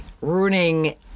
ruining